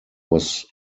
was